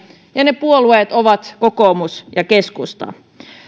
ja ne puolueet ovat kokoomus ja keskusta